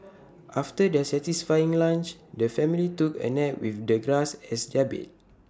after their satisfying lunch the family took A nap with the grass as their bed